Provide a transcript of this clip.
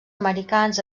americans